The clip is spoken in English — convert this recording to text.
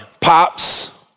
pops